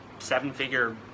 Seven-figure